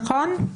נכון?